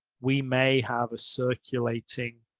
we may have a circulating